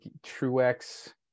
Truex